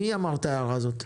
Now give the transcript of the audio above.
מי אמר את ההערה הזאת?